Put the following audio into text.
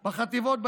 בחטיבות,